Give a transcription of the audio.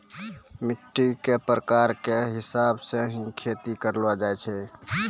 मिट्टी के प्रकार के हिसाब स हीं खेती करलो जाय छै